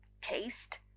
taste